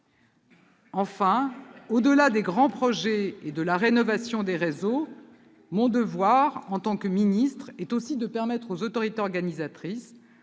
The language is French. Enfin, au-delà des grands projets et de la rénovation des réseaux, mon devoir en tant que ministre est aussi de permettre aux autorités organisatrices,